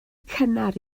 cynnar